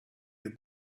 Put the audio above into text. your